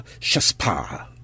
shaspa